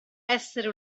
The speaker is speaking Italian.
essere